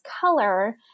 color